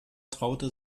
traute